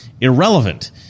irrelevant